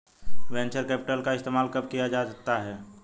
Venture capital का इस्तेमाल कब किया जाता है?